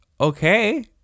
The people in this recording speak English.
okay